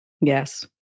Yes